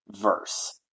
verse